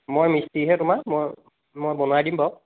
মই মিস্ত্ৰীহে তোমাৰ মই মই বনাই দিম বাৰু